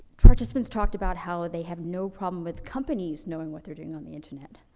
participants talked about how they have no problem with companies knowing what they're doing on the internet,